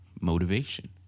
motivation